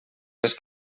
les